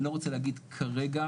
אני לא רוצה להגיד כרגע,